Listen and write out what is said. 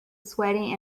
sweaty